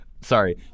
Sorry